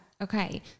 Okay